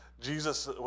Jesus